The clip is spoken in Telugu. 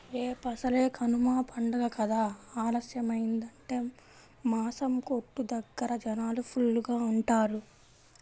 రేపసలే కనమ పండగ కదా ఆలస్యమయ్యిందంటే మాసం కొట్టు దగ్గర జనాలు ఫుల్లుగా ఉంటారు